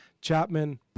Chapman